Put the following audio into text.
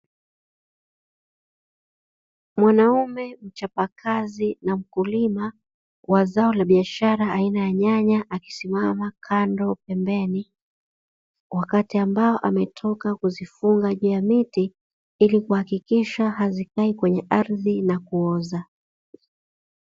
Mwanaume mchapa kazi na mkulima wa zao la biashara aina ya nyanya akisimama kando pembeni, wakati ambao ametoka kuzifunga juu ya miti ili kuhakikisha hazikai kwenye ardhi na kuoza.